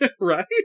right